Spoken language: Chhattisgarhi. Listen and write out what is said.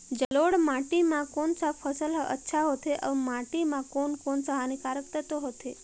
जलोढ़ माटी मां कोन सा फसल ह अच्छा होथे अउर माटी म कोन कोन स हानिकारक तत्व होथे?